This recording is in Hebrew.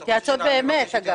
מתייעצות באמת.